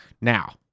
Now